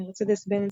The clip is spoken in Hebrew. מרצדס-בנץ,